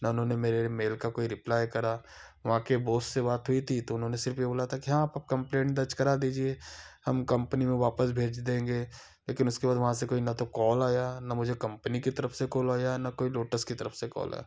ना उन्होंने मेरे मेल का कोई रिप्लाई करा वहाँ के बोस से बात हुई थी तो उन्होंने सिर्फ़ यह बोला था कि हाँ आपकी कंप्लेंट दर्ज करा दीजिए हम कम्पनी में वापस भेज देंगे लेकिन उसके बाद वहाँ से कोई ना तो कॉल आया ना मुझे कम्पनी की तरफ़ से कॉल आया ना कोई लोटस की तरफ़ से कॉल आया